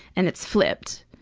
and it's flipped,